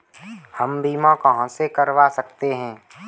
हम बीमा कहां से करवा सकते हैं?